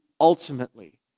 ultimately